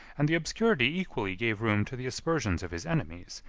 and the obscurity equally gave room to the aspersions of his enemies,